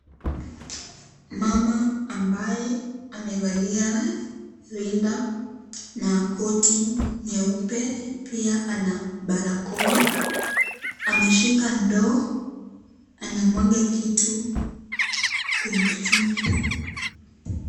Mama ambaye amevalia rinda na koti nyeupe pia ana barakoa, ameshika ndoo anamwaga kitu kwenye kichungi.